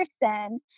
person